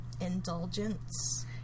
indulgence